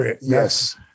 Yes